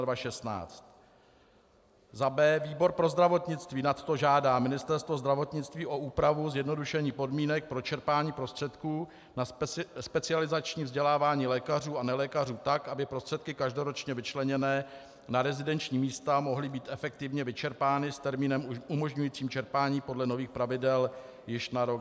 b) výbor pro zdravotnictví nad to žádá Ministerstvo zdravotnictví o úpravu a zjednodušení podmínek pro čerpání prostředků na specializační vzdělávání lékařů a nelékařů tak, aby prostředky každoročně vyčleněné na rezidenční místa mohly být efektivně vyčerpány s termínem umožňujícím čerpání podle nových pravidel již na rok 2017,